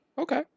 Okay